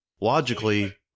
logically